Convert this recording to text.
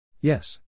Yes